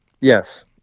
Yes